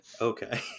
okay